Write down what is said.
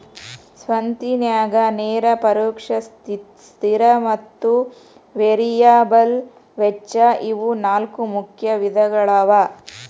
ಸ್ವತ್ತಿನ್ಯಾಗ ನೇರ ಪರೋಕ್ಷ ಸ್ಥಿರ ಮತ್ತ ವೇರಿಯಬಲ್ ವೆಚ್ಚ ಇವು ನಾಲ್ಕು ಮುಖ್ಯ ವಿಧಗಳವ